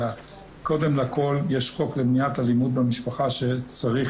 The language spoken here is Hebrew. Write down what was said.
אלא קודם לכל יש חוק למניעת אלימות במשפחה שצריך